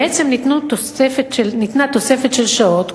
בעצם ניתנה תוספת של שעות,